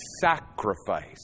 sacrifice